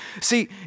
See